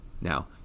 Now